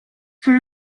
for